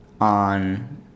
on